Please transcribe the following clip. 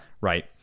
Right